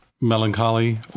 melancholy